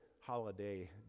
holiday